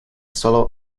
solo